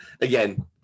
again